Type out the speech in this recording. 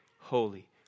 holy